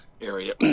area